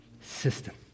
system